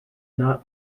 not